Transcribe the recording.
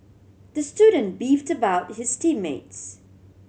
the student beefed about his team mates